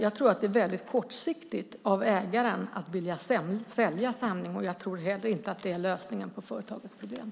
Jag tror att det är väldigt kortsiktigt av ägaren att vilja sälja samlingen, och jag tror inte heller att det är lösningen på företagets problem.